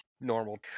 normal